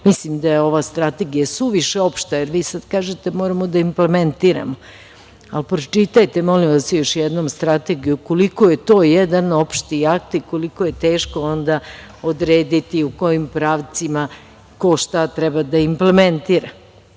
Mislim da je ova Strategija suviše opšta, jer vi sad kažete - moramo da implementiramo, ali pročitajte, molim vas, još jednom Strategiju koliko je to jedan opšti akt i koliko je teško onda odrediti u kojim pravcima ko šta treba da implementira.